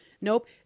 Nope